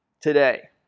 Today